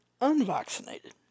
unvaccinated